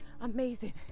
amazing